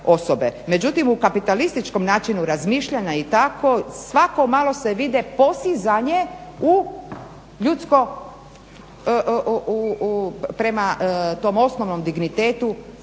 Međutim u kapitalističkom načinu razmišljanja i tako svako malo se vide postizanje u ljudsko, prema tom osnovnom dignitetu,